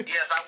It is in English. Yes